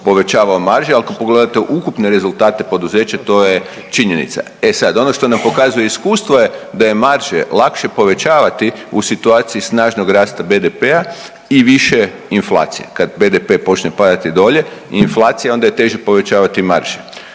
povećavao marže, ako pogledate ukupne rezultate poduzeća to je činjenica. E sad ono što nam pokazuje iskustvo je da je marže lakše povećavati u situaciji snažnog rasta BDP-a i više inflacije, kad BDP počne padati dolje i inflacija onda je teže povećavati marže.